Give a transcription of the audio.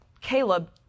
Caleb